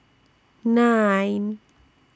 nine